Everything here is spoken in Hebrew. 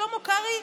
שלמה קרעי?